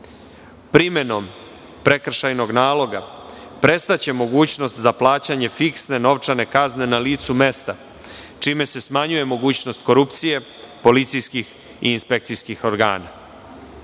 kazni. Primenom prekršajnog naloga prestaće mogućnost za plaćanje fiksne novčane kazne na licu mesta, čime se smanjuje mogućnost korupcije policijskih i inspekcijskih organa.